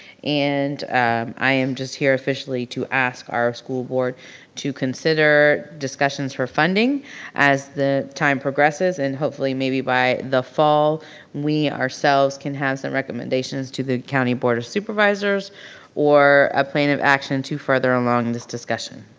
and i am just here officially to ask our school board to consider discussions for funding as the time progresses and hopefully maybe by the fall we ourselves can have some recommendations to the county board of supervisors or a plan of action to further along in this discussion.